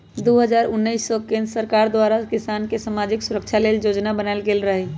दू हज़ार उनइस में केंद्र सरकार द्वारा किसान के समाजिक सुरक्षा लेल जोजना बनाएल गेल रहई